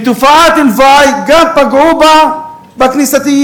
וכתופעת לוואי גם פגעו בכנסייתיים.